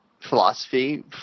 philosophy